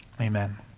Amen